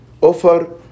offer